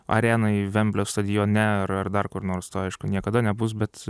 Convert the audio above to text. arenai vemblio stadione ar ar dar kur nors to aišku niekada nebus bet